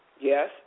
Yes